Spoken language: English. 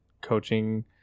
coaching